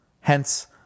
Hence